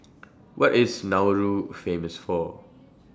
What IS Nauru Famous For